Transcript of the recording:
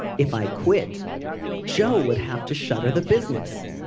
if i quit joe would have to shutter the business.